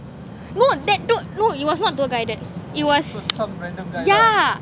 no that no no it was not tour guided us yeah